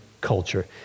culture